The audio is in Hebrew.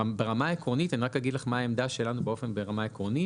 ברמה העקרונית - אני רק אגיד לך מה העמדה שלנו ברמה העקרונית